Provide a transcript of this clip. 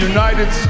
United